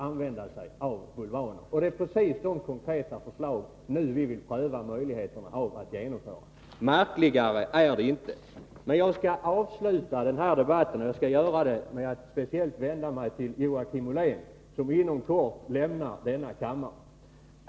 Och det är Nr 49 precis de konkreta förslag vi nu vill försöka genomföra. Märkligare är det Tisdagen den inte. 14 december 1982 Jag skall avsluta den här debatten med att speciellt vända mig till Joakim Ollén, som inom kort lämnar denna kammare.